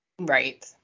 Right